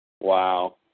Wow